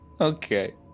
Okay